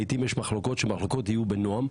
לעתים יש מחלוקות, ושמחלוקות יהיו בנועם.